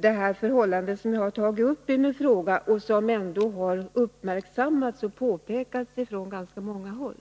det förhållande som jag tagit upp i min fråga och som har uppmärksammats och påpekats på ganska många håll.